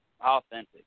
Authentic